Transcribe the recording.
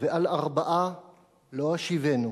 ועל ארבעה לא אשיבנו",